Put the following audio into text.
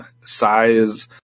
size